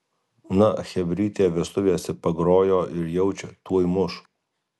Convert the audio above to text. na chebrytė vestuvėse pagrojo ir jaučia tuoj muš